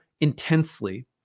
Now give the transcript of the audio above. intensely